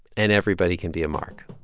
and everybody can be a mark